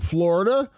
Florida